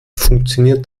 funktioniert